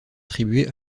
attribué